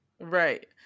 Right